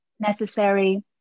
necessary